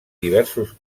diversos